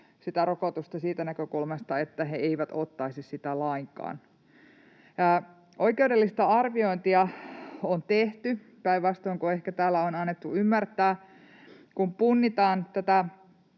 rokotusta siitä näkökulmasta, että he eivät ottaisi sitä lainkaan. Oikeudellista arviointia on tehty, päinvastoin kuin ehkä täällä on annettu ymmärtää. Kun punnitaan tätä